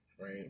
right